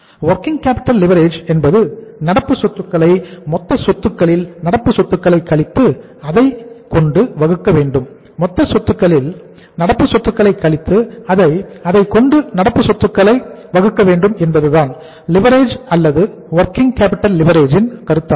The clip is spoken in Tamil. வொர்கிங் கேப்பிட்டல் லிவரேஜ் ன் கருத்தாகும்